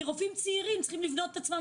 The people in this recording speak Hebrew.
כי רופאים צעירים צריכים לבנות את עצמם